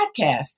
podcast